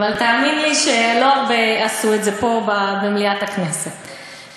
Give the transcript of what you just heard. אבל תאמין לי שלא הרבה במליאת הכנסת עשו את זה.